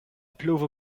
pluvo